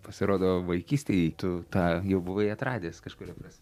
pasirodo vaikystėj tu tą jau bubai atradęs kažkuria prasme